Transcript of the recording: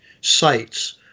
sites